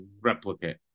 replicate